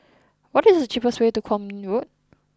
what is the cheapest way to Kwong Min Road